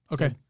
Okay